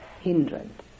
hindrance